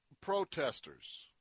protesters